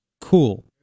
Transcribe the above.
cool